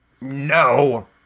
No